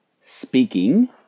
speaking